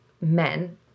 men